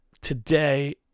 today